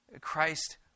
Christ